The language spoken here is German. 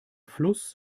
fluss